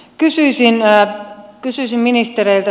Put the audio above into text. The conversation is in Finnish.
kysyisin ministereiltä